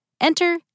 Enter